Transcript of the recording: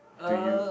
to you